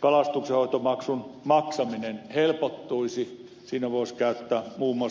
kalastuksenhoitomaksun maksaminen helpottuisi siinä voisi käyttää muun muassa kännykkää ja niin edelleen